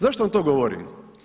Zašto vam to govorim?